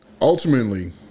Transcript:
ultimately